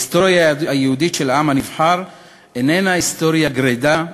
ההיסטוריה היהודית של העם הנבחר איננה היסטוריה גרידא,